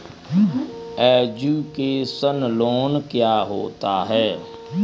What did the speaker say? Education loan क्या होता है?